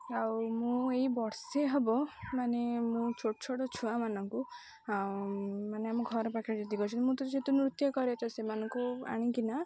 ଆଉ ମୁଁ ଏଇ ବର୍ଷେ ହବ ମାନେ ମୁଁ ଛୋଟ ଛୋଟ ଛୁଆମାନଙ୍କୁ ଆଉ ମାନେ ଆମ ଘର ପାଖରେ ଯଦି କ ମୁଁ ତ ଯେହେତୁ ନୃତ୍ୟ କରେ ତ ସେମାନଙ୍କୁ ଆଣିକିନା